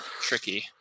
tricky